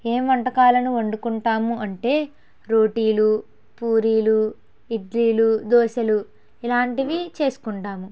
ఏం వంటకాలను వండుకుంటాము అంటే రోటీలు పూరీలు ఇడ్లీలు దోసలు ఇలాంటివి చేసుకుంటాము